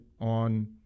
on